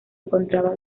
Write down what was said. encontraba